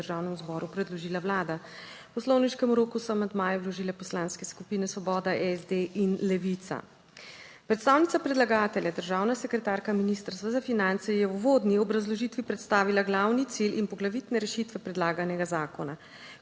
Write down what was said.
je Državnemu zboru predložila Vlada. V poslovniškem roku so amandmaje vložile Poslanske skupine Svoboda, SD in Levica. Predstavnica predlagatelja, državna sekretarka Ministrstva za finance, je v uvodni obrazložitvi predstavila glavni cilj in poglavitne rešitve predlaganega zakona.